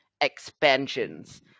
expansions